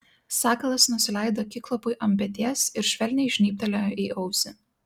sakalas nusileido kiklopui ant peties ir švelniai žnybtelėjo į ausį